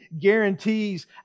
guarantees